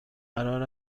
قرار